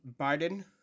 Biden